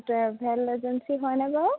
travel agency হয়নে বাৰু